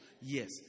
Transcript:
Yes